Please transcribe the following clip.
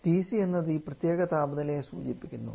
TC എന്നത് ഈ പ്രത്യേക താപനിലയെ സൂചിപ്പിക്കുന്നു